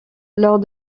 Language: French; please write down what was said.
lors